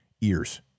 ears